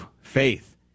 faith